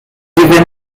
autres